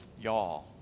y'all